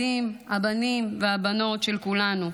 הבנים והבנות של כולנו,